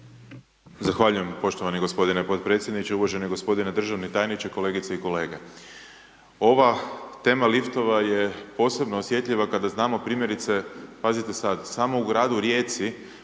Zahvaljujem poštovani g. potpredsjedniče, uvaženi g. državni tajniče, kolegice i kolege, ova tema liftova je posebno osjetljiva kada znamo primjerice, pazite sad, samo u gradu Rijeci